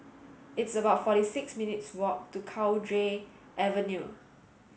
it's about forty six minutes' walk to Cowdray Avenue